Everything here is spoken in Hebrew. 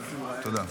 תודה.